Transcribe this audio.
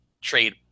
trade